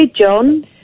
John